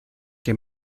que